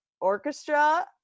orchestra